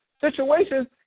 situations